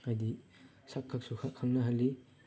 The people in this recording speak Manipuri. ꯍꯥꯏꯗꯤ ꯁꯛꯈꯛꯁꯨ ꯈꯪꯅꯍꯜꯂꯤ